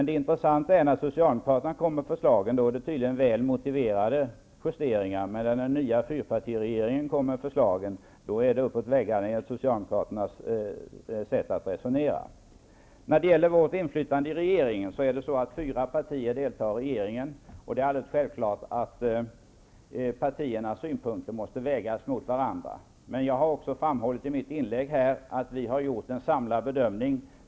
Det intressanta är att när socialdemokraterna kommer med förslagen, anses det vara väl motiverade justeringar, men när den nya fyrpartiregeringen kommer med förslagen, är det enligt socialdemokraternas sätt att resonera uppåt väggarna. När det gäller vårt inflytande i regeringen vill jag säga att det är fyra partier som deltar i den och att partiernas synpunkter självfallet måste vägas mot varandra. Men jag har också framhållit i mitt inlägg att vi har gjort en samlad bedömning.